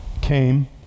came